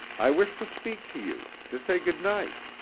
i wish to speak to you to say good-night.